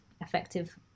effective